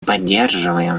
поддерживаем